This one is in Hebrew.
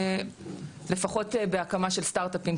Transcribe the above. לפחות בהקמה של סטארט-אפים,